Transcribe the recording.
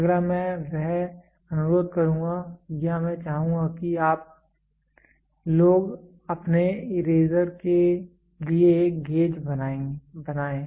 अगला मैं वह अनुरोध करुंगा या मैं चाहूँगा कि आप लोग अपने इरेज़र के लिए एक गेज बनाएं